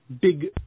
big